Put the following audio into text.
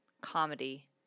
comedy